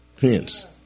Hence